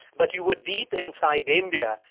but you were deep inside india,